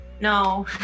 No